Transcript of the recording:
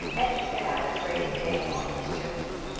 and he set out at break of day on his journey.